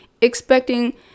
expecting